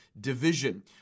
division